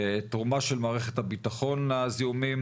תרומה של מערכת הביטחון לזיהומים